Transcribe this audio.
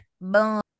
boom